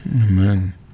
Amen